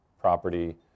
property